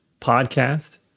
podcast